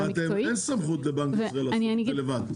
אבל אין סמכות לבנק ישראל בחוק הרלוונטי.